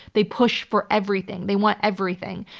they push for everything, they want everything.